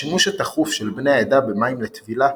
השימוש התכוף של בני העדה במים לטבילה,